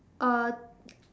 uh